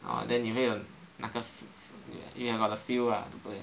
oh then 你没有那个 you have got the feel lah